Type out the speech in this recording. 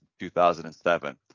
2007